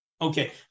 Okay